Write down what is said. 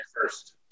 first